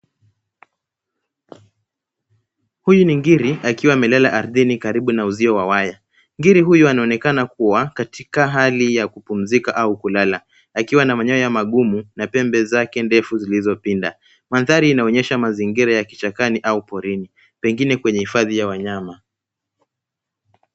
Huyu ni ngiri akiwa amelala ardhini karibu na uzio wa waya. Ngiri huyu anaonekana kuwa katika hali ya kupumzika au kulala akiwa na manyoya magumu na pembe zake ndefu zilizopinda. Mandhari inaonyesha mazingira ya kichakani au porini pengine kwenye hifadhi ya wanyama.